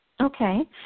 Okay